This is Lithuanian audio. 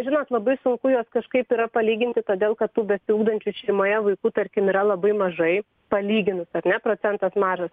žinot labai sunku juos kažkaip yra palyginti todėl kad tų besiugdančių šeimoje vaikų tarkim yra labai mažai palyginus ar ne procentas mažas